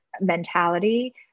mentality